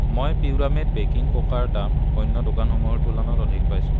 মই পিউৰামেট বেকিং কোকাৰ দাম অন্য দোকানসমূহৰ তুলনাত অধিক পাইছোঁ